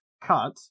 cut